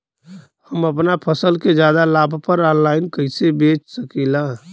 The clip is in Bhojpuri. हम अपना फसल के ज्यादा लाभ पर ऑनलाइन कइसे बेच सकीला?